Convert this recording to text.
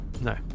No